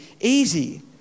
easy